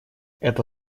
это